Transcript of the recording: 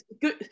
Good